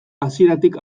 hasieratik